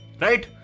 Right